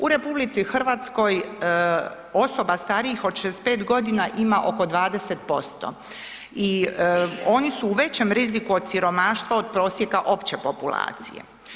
U RH osoba starijih od 65 ima oko 20% i oni su u većem riziku od siromaštva od prosjeka opće populacije.